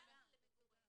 גם למגורים".